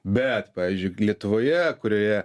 bet pavyzdžiui lietuvoje kurioje